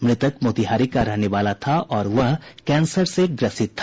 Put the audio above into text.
मृतक मोतिहारी का रहने वाला था और वह कैंसर से ग्रसित था